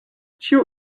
ĉiu